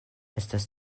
estas